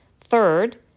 Third